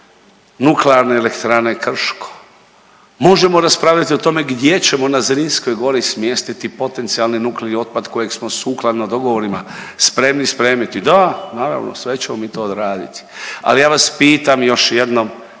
Nuklearne elektrane Krško, možemo raspravljati o tome gdje ćemo na Zrinskoj gori smjestiti potencijalni nuklearni otpad kojeg smo sukladno dogovorima spremni spremiti, da naravno, sve ćemo mi to odraditi, ali ja vas pitam još jednom,